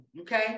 okay